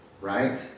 Right